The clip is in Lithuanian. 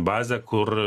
bazę kur